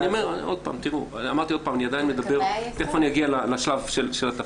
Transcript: תיכף אני אגיע לשלב של התפקיד.